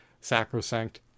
sacrosanct